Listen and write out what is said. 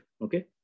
Okay